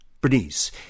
Bernice